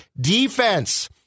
defense